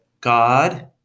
God